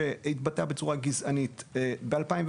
שהתבטא בצורה גזענית ב-2018.